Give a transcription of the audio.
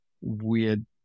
weird